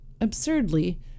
Absurdly